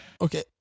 Okay